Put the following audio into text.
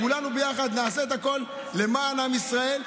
כולנו ביחד נעשה את הכול למען עם ישראל,